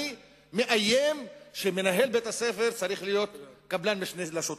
מאיים כשמנהל בית-הספר צריך להיות קבלן משנה לשוטרים.